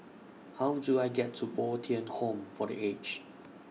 How Do I get to Bo Tien Home For The Aged